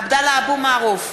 עבדאללה אבו מערוף,